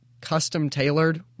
custom-tailored